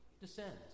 descends